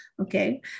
Okay